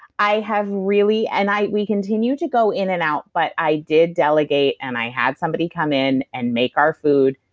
i have really. and we continue to go in and out, but i did delegate and i had somebody come in and make our food.